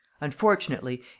unfortunately